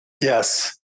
Yes